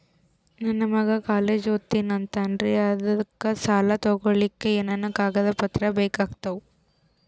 ನನ್ನ ಮಗ ಕಾಲೇಜ್ ಓದತಿನಿಂತಾನ್ರಿ ಅದಕ ಸಾಲಾ ತೊಗೊಲಿಕ ಎನೆನ ಕಾಗದ ಪತ್ರ ಬೇಕಾಗ್ತಾವು?